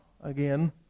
again